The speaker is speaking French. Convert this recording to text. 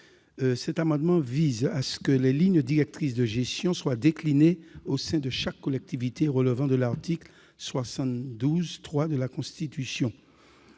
Victorin Lurel, vise à ce que les lignes directrices de gestion soient déclinées au sein de chaque collectivité relevant de l'article 72-3 de la Constitution,